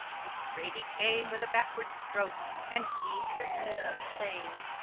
and strait he came with a backward stroke, and he sir guy hath slayne.